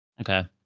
Okay